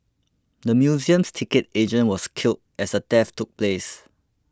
the museum's ticket agent was killed as the theft took place